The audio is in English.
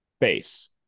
base